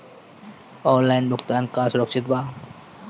Online भुगतान का सुरक्षित बा?